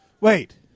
Wait